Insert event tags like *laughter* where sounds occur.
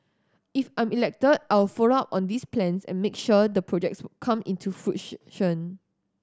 if I'm elected I will follow up on these plans and make sure the projects come into *unintelligible*